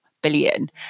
billion